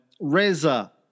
Reza